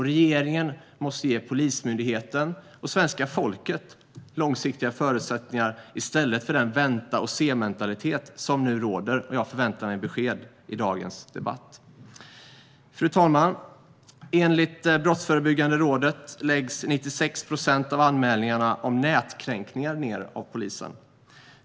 Regeringen måste ge Polismyndigheten och svenska folket långsiktiga förutsättningar i stället för den vänta-och-se-mentalitet som nu råder. Jag förväntar mig besked i dagens debatt. Fru talman! Enligt Brottsförebyggande rådet läggs 96 procent av anmälningarna om nätkränkningar ned av polisen.